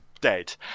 dead